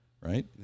right